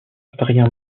adrien